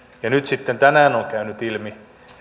nyt sitten tänään on käynyt ilmi